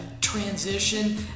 transition